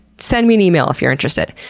send me an email if you're interested.